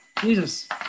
Jesus